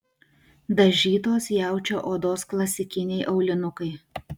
dažytos jaučio odos klasikiniai aulinukai